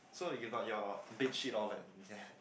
so you got your bed sheet all that